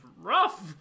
rough